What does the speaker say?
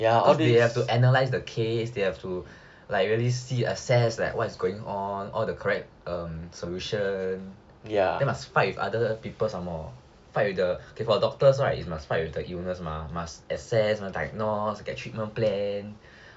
cause they have to analyze the case they have to really see assess what is going on and the correct uh solutions then must fight with others some more okay for doctors right they must fight with the illness mah must assess must diagnostic and get treatment plan ya